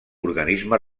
organisme